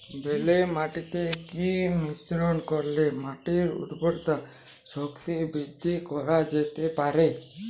বেলে মাটিতে কি মিশ্রণ করিলে মাটির উর্বরতা শক্তি বৃদ্ধি করা যেতে পারে?